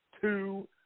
two